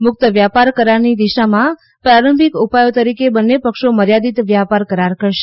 મુક્ત વ્યાપાર કરારની દિશામાં પ્રારંભિક ઉપાયો તરીકે બંન્ને પક્ષો મર્યાદિત વ્યાપાર કરાર કરશે